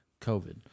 COVID